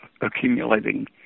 accumulating